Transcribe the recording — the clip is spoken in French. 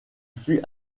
fut